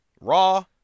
Raw